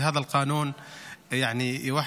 תודה רבה.